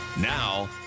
Now